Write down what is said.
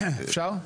אפשר?